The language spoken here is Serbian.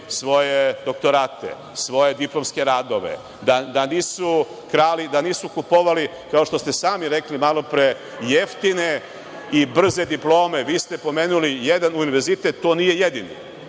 svoje doktorate, svoje diplomske radove, da nisu krali, da nisu kupovali, kao što ste sami rekli malo pre, jeftine i brze diplome. Vi ste pomenuli jedan univerzitet. To nije jedini.